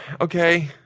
okay